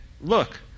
Look